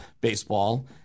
baseball